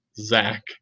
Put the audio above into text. Zach